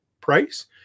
price